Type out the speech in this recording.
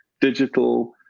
digital